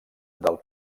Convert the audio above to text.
del